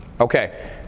Okay